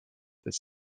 that